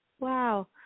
wow